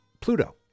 Pluto